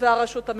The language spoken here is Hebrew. והרשות המבצעת.